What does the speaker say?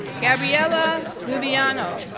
gabriela luviano,